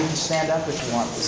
stand up if you want